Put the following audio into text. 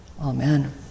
Amen